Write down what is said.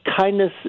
kindness